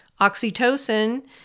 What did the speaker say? Oxytocin